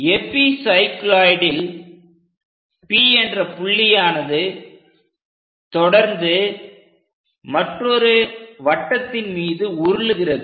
எபிசைக்ளோயிடில் P என்ற புள்ளியானது தொடர்ந்து மற்றொரு வட்டத்தின் மீது உருளுகிறது